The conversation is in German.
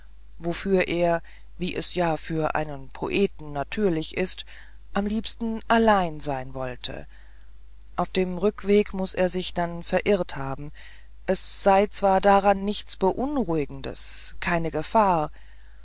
wobei er wie es ja für einen poeten natürlich ist am liebsten allein sein wollte auf dem rückweg muß er sich dann verirrt haben es sei zwar daran nichts beunruhigendes keine gefahr